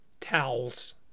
Towels